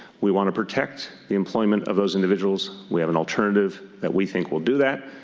we want to protect the employment of those individuals. we have an alternative that we think will do that.